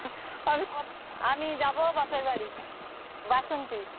আমি কত আমি যাবো বাপের বাড়ি বাসন্তী